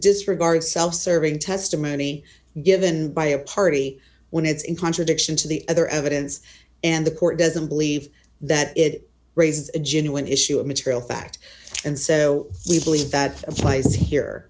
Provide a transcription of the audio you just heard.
disregard self serving testimony given by a party when it's in contradiction to the other evidence and the court doesn't believe that it raises a genuine issue of material fact and so we believe that applies